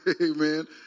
Amen